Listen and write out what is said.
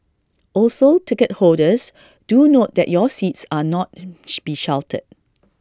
also ticket holders do note that your seats are not be sheltered